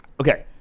Okay